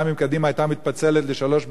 גם אם קדימה היתה מתפצלת לשלוש מפלגות,